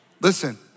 Listen